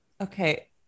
okay